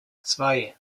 zwei